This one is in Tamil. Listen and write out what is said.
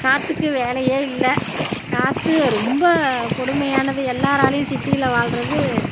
காற்றுக்கு வேலையே இல்லை காற்று ரொம்ப கொடுமையானது எல்லாரையாலும் சிட்டியில வாழுறது